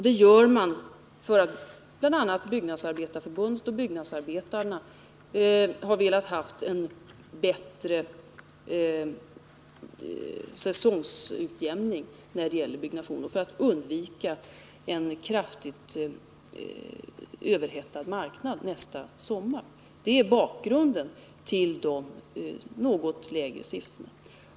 Det gör man bl.a. för att Byggnadsarbetareförbundet och byggnadsarbetarna vill ha en bättre säsongsutjämning när det gäller byggnation och för att undvika en kraftigt överhettad marknad nästa sommar. Det är bakgrunden till de något lägre siffrorna.